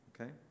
Okay